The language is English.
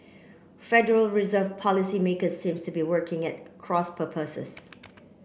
Federal Reserve policymakers seems to be working at cross purposes